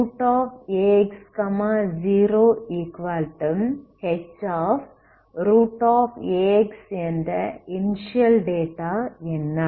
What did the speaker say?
Qax 0Hஎன்ற initial data என்ன